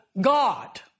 God